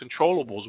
controllables